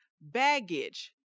baggage